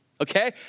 Okay